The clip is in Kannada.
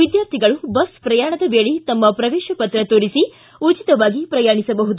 ವಿದ್ಯಾರ್ಥಿಗಳು ಬಸ್ ಪ್ರಯಾಣದ ವೇಳೆ ತಮ್ಮ ಪ್ರವೇಶ ಪತ್ರ ತೋರಿಸಿ ಉಚಿತವಾಗಿ ಪ್ರಯಾಣಿಸಬಹುದು